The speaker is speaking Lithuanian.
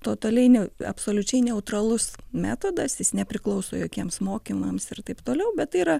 totaliai ne absoliučiai neutralus metodas jis nepriklauso jokiems mokymams ir taip toliau bet tai yra